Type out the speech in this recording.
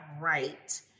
right